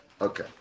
okay